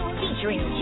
featuring